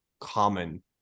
common